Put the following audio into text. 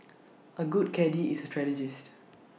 A good caddie is A strategist